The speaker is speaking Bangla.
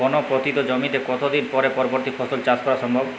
কোনো পতিত জমিতে কত দিন পরে পরবর্তী ফসল চাষ করা সম্ভব?